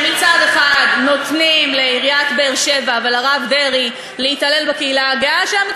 שמצד אחד נותנים לעיריית באר-שבע ולרב דרעי להתעלל בקהילה הגאה שם,